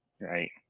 Right